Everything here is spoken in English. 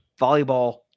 volleyball